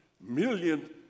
million